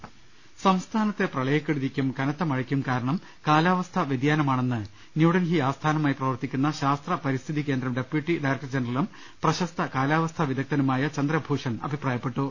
ലലലലലലലലലലലല സംസ്ഥാ നത്തെ പ്രള യ ക്കെ ടു തിക്കും കനത്ത മഴയ്ക്കും കാരണം കാലാവസ്ഥാ വൃതിയാനമാണെന്ന് ന്യൂഡൽഹി ആസ്ഥാനമായി പ്രവർത്തിക്കുന്ന ശാസ്ത്ര പരിസ്ഥിതി കേന്ദ്രം ഡെപ്യൂട്ടി ഡയറക്ടർ ജനറലും പ്രശസ്ത കാലാ വസ്ഥാ വിദ ഗ് ധ നു മായ ചന്ദ്രഭൂഷൺ അഭിപ്രായപ്പെട്ടു